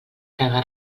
caga